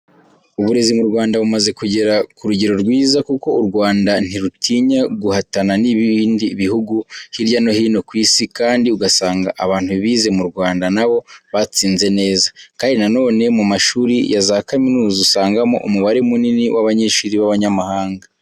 Uburezi mu Rwanda bumaze kugera ku rugero rwiza kuko u Rwanda ntirutinya guhatana n'ibindi bihugu hirya no hino ku isi kandi ugasanga abantu bize mu Rwanda na bo batsinze neza, kandi na none mu mashuri ya za kaminuza usangamo umubare munini w'abanyeshuri b'abanyamahanga.